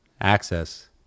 access